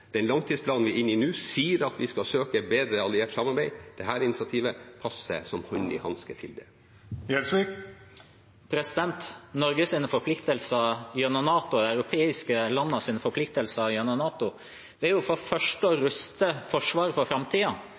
Den langtidsplanen vi er inne i nå, sier at vi skal søke bedre alliert samarbeid. Dette initiativet passer som hånd i hanske til det. Norges forpliktelser gjennom NATO, de europeiske landenes forpliktelser gjennom NATO, er for det første å ruste forsvaret for